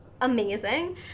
amazing